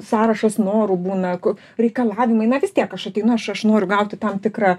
sąrašas norų būna ko reikalavimai na vis tiek aš ateinu aš aš noriu gauti tam tikrą